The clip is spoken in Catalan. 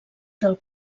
del